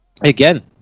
Again